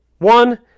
One